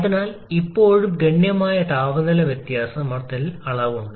അതിനാൽ ഇപ്പോഴും ഗണ്യമായ താപനില വ്യത്യാസം അളവ് ഉണ്ട്